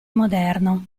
moderno